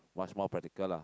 much more practical lah